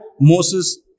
Moses